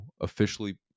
officially